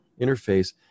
interface